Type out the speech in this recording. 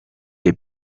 the